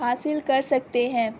حاصل کر سکتے ہیں